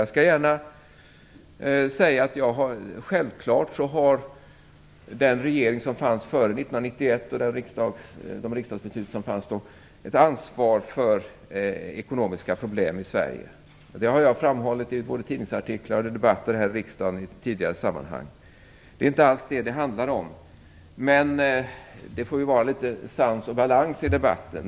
Jag skall gärna medge att självklart har regeringen före 1991 och de riksdagsbeslut som då fattades ett ansvar för de ekonomiska problemen i Sverige. Det har jag framhållit både i tidningsartiklar och i debatter här i riksdagen. Men det är inte alls det som det handlar om. Litet sans och balans får det väl vara i debatten!